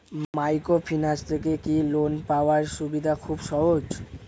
Microfinance থেকে কি loan পাওয়ার সুবিধা খুব সহজ?